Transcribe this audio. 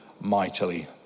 mightily